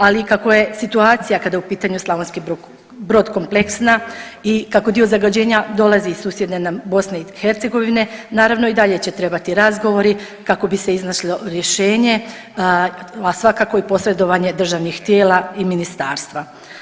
Ali kako je situacija, kada je u pitanju Slavonski Brod kompleksna, i kako dio zagađenja dolazi iz susjedne nam BiH, naravno, i dalje će trebati razgovori kako bi se iznašlo rješenje, a svakako i posredovanje državnih tijela i ministarstva.